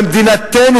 במדינתנו,